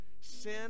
Sin